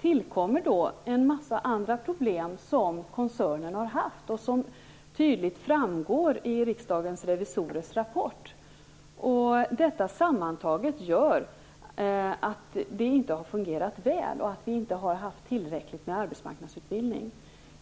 tillkommer en mängd andra problem som koncernen har haft. Det framgår tydligt i rapporten från Riksdagens revisorer. Detta sammantaget gör att det hela inte har fungerat väl och att det inte har funnits tillräckligt med arbetsmarknadsutbildning.